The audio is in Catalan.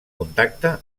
contacte